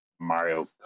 Mario